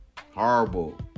Horrible